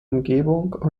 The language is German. umgebung